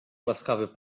łaskawy